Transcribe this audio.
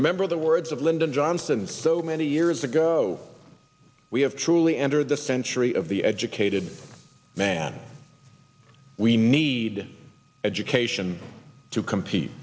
remember the words of lyndon johnson so many years ago we have truly entered the century of the educated man we need education to compete